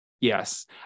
Yes